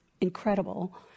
incredible